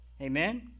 Amen